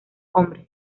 hombres